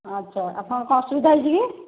ଆଚ୍ଛା ଆପଣଙ୍କ କ'ଣ ଅସୁବିଧା ହେଇଛି କି